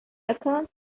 accounts